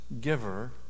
giver